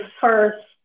first